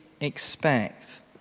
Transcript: expect